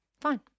fine